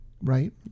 right